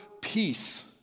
peace